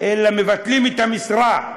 אלא מבטלים את המשרה.